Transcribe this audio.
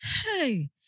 Hey